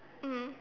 mm